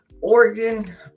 Oregon